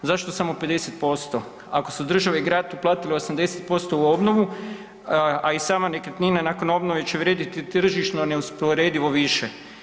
Zašto samo 50% ako su država i grad uplatile 80% u obnovu, a sama nekretnina nakon obnove će vrijediti tržišno neusporedivo više.